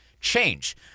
change